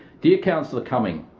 dear councillor cumming,